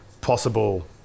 possible